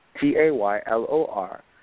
T-A-Y-L-O-R